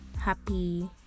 Happy